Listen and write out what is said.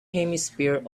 hemisphere